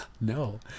No